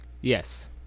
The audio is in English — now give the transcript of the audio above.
Yes